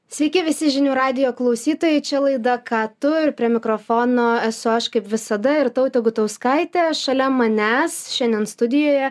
sveiki visi žinių radijo klausytojai čia laida ką tu ir prie mikrofono esu aš kaip visada irtautė gutauskaitė šalia manęs šiandien studijoje